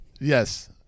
Yes